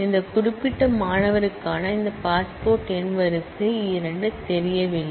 இந்த குறிப்பிட்ட மாணவருக்கான இந்த பாஸ்போர்ட் எண் அதாவது ரோ எண் 2 தெரியவில்லை